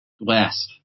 last